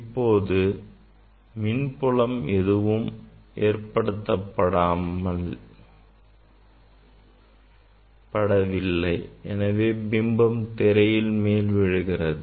இப்போது மின்புலம் எதுவும் ஏற்படுத்தப்படவில்லை எனவே பிம்பம் திரையில் மையத்தில் விழுகிறது